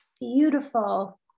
Beautiful